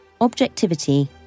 objectivity